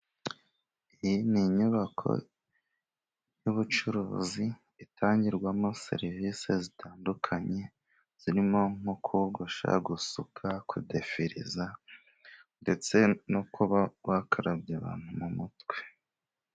Iyi ni inyubako y'ubucuruzi itangirwamo serivisi zitandukanye, zirimo nko kogosha, gusuka, kudehereza, ndetse no kuba wakarabya abantu mu mutwe.